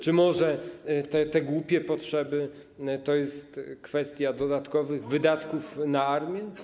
Czy może te głupie potrzeby to jest kwestia dodatkowych wydatków na armię?